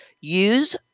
Use